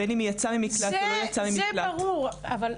בין